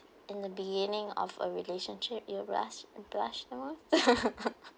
in the beginning of a relationship you blush blush the most